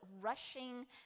rushing